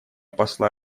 посла